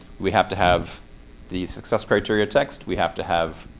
we have to have the success criteria text. we have to have